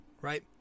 right